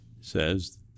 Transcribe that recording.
says